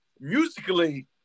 Musically